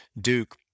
Duke